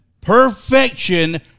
Perfection